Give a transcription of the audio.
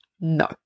No